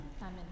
Amen